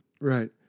Right